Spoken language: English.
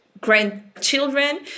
grandchildren